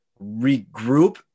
regroup